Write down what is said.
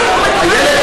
איילת,